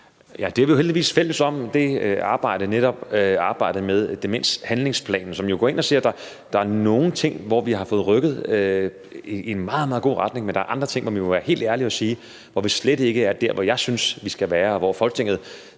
Vi er jo heldigvis fælles om netop arbejdet med demenshandlingsplanen, som går ind og siger, at der er nogle ting, som vi har fået rykket i en meget, meget god retning, men der er andre ting, hvor vi må være helt ærlige og sige, at vi slet ikke er der, hvor jeg synes vi skal være, og hvor Folketinget